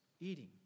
eating